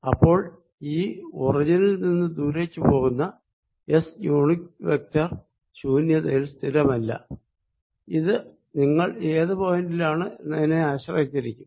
അപ്പോൾ ഈ ഒറിജിനിൽ നിന്ന് ദൂരേക്ക് പോകുന്ന എസ് യൂണിറ്റ് വെക്ടർ ശൂന്യതയിൽ സ്ഥിരമല്ല ഇത് നിങ്ങൾ ഏതു പോയിന്റി ലാണ് എന്നതിനെ ആശ്രയിച്ചിരിക്കും